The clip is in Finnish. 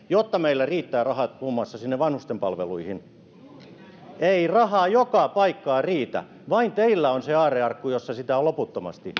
jotta meillä riittävät rahat muun muassa sinne vanhustenpalveluihin ei rahaa joka paikkaan riitä vain teillä on se aarrearkku jossa sitä on loputtomasti